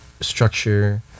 structure